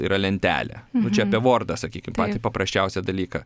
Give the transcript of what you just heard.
yra lentelė čia apie vordą sakykim patį paprasčiausią dalyką